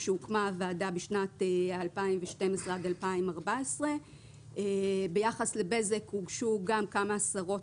כאשר הוקמה הוועדה בשנת 2012 עד 2014. ביחס לבזק הוגשו גם כמה עשרות